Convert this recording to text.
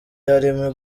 harimo